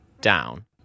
down